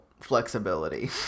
flexibility